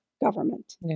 government